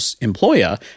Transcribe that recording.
employer